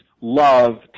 love